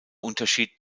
unterschied